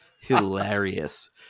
hilarious